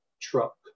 truck